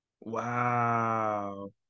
Wow